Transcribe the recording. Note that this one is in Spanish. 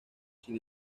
sin